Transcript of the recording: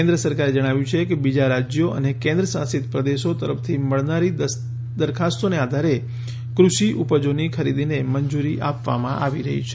કેન્દ્ર સરકાર જણાવ્યું છેકે બીજા રાજ્યો અને કેન્દ્રશાસિત પ્રદેશો તરફથી મળનારી દરખાસ્તોનાં આધારે કૃષિ ઉપજોની ખરીદીને મંજૂરી આપવામાં આવી રહી છે